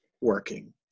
working